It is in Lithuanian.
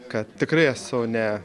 kad tikrai esu ne